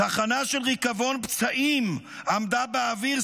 "'צחנה של ריקבון פצעים עמדה באוויר',